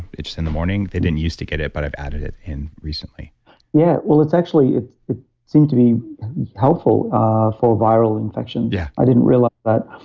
just in the morning. they didn't used to get it, but i've added it in recently yeah, well it's actually, it seemed to be helpful ah for viral infections yeah i didn't realize but